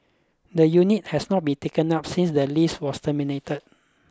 the unit has not been taken up since the lease was terminated